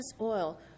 oil